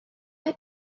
mae